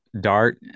dart